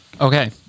Okay